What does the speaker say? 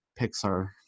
Pixar